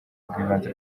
rw’ibanze